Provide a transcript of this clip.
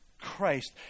Christ